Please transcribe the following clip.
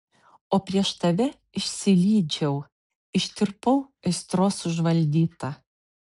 o prieš tave išsilydžiau ištirpau aistros užvaldyta